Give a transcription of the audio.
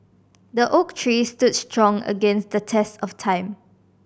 the oak tree stood strong against the test of time